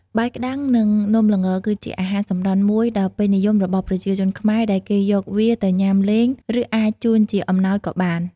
បាយក្ដាំង និងនំល្ងគឺជាអាហារសម្រន់មួយដល់ពេញនិយមរបស់ប្រជាជនខ្មែរ ដែលគេយកវាទៅញ៉ាំលេង ឬអាចជូនជាអំណោយក៏បាន។